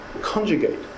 conjugate